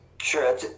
Sure